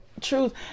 truth